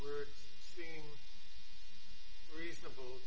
words reasonable